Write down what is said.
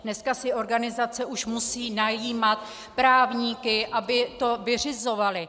Dneska si organizace už musí najímat právníky, aby to vyřizovali.